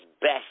best